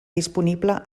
disponible